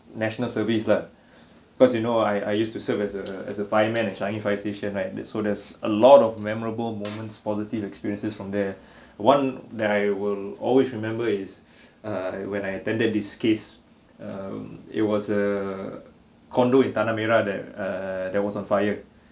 national service lah cause you know I I used to serve as a as a fireman changi fire station right there's so there's a lot of memorable moments positive experiences from there one that I will always remember is uh when I attended this case um it was a condo in tanah merah there err that was on fire